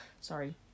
sorry